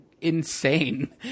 insane